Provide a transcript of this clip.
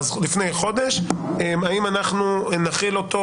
האם אנחנו נחיל אותו,